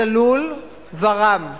צלול ורם: